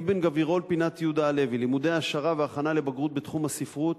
אבן-גבירול פינת יהודה הלוי לימודי העשרה והכנה לבגרות בתחום הספרות,